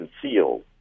concealed